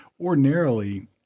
ordinarily –